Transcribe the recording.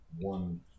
one